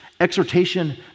Exhortation